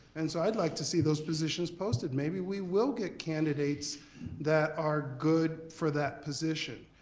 and so i'd like to see those positions posted. maybe we will get candidates that are good for that position,